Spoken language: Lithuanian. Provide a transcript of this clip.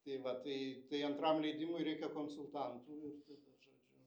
tai va tai tai antram leidimui reikia konsultantų ir tada žodžiu